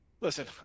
Listen